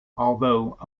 although